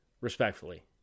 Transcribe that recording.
respectfully